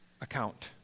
account